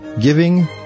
giving